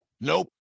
Nope